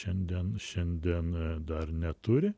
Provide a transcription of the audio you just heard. šiandien šiandien dar neturi